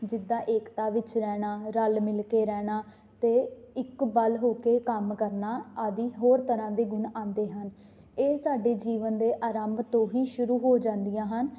ਜਿੱਦਾਂ ਏਕਤਾ ਵਿੱਚ ਰਹਿਣਾ ਰਲ ਮਿਲ ਕੇ ਰਹਿਣਾ ਅਤੇ ਇੱਕ ਬਲ ਹੋ ਕੇ ਕੰਮ ਕਰਨਾ ਆਦਿ ਹੋਰ ਤਰ੍ਹਾਂ ਦੇ ਗੁਣ ਆਉਂਦੇ ਹਨ ਇਹ ਸਾਡੇ ਜੀਵਨ ਦੇ ਆਰੰਭ ਤੋਂ ਹੀ ਸ਼ੁਰੂ ਹੋ ਜਾਂਦੀਆਂ ਹਨ